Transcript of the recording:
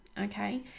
okay